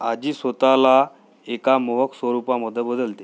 आजी स्वतःला एका मोहक स्वरूपामध्ये बदलते